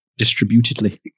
distributedly